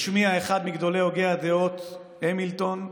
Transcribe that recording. השמיע אחד מגדולי הוגי הדעות, המילטון,